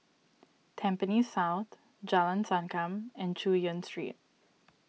Tampines South Jalan Sankam and Chu Yen Street